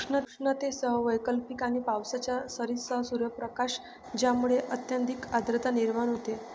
उष्णतेसह वैकल्पिक आणि पावसाच्या सरींसह सूर्यप्रकाश ज्यामुळे अत्यधिक आर्द्रता निर्माण होते